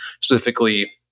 specifically